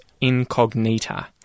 Incognita